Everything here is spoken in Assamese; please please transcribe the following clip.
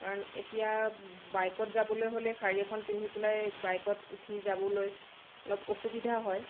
কাৰণ এতিয়া বাইকত যাবলৈ হ'লে শাৰী এখন পিন্ধি পেলাই বাইকত উঠি যাবলৈ অলপ অসুবিধা হয়